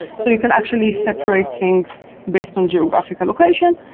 so you can actually separate things based on geographic location.